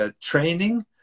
training